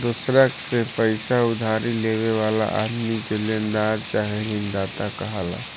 दोसरा से पईसा उधारी लेवे वाला आदमी के लेनदार चाहे ऋणदाता कहाला